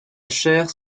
chaire